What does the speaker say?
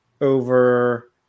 over